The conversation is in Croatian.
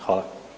Hvala.